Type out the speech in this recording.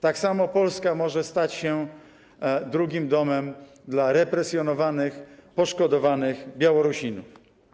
Tak samo Polska może stać się drugim domem dla represjonowanych, poszkodowanych Białorusinów.